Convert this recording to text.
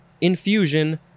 infusion